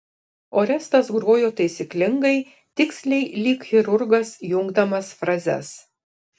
orestas grojo taisyklingai tiksliai lyg chirurgas jungdamas frazes